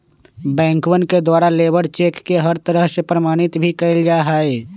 बैंकवन के द्वारा लेबर चेक के हर तरह से प्रमाणित भी कइल जा हई